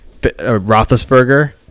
Roethlisberger